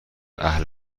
اهل